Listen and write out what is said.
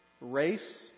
race